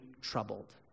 troubled